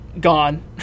gone